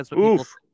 Oof